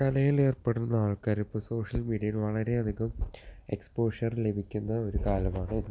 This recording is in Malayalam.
കലയിൽ ഏർപ്പെടുന്ന ആൾക്കാർ ഇപ്പോൾ സോഷ്യൽ മീഡിയയിൽ വളരെ അധികം എക്സ്പോഷർ ലഭിക്കുന്ന ഒരു കാലമാണ്